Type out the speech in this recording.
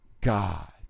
God